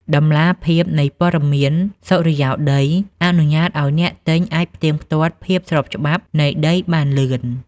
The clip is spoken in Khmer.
តម្លាភាពនៃព័ត៌មានសុរិយោដី អនុញ្ញាតឱ្យអ្នកទិញអាចផ្ទៀងផ្ទាត់ភាពស្របច្បាប់នៃដីបានលឿន។